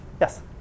Yes